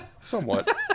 Somewhat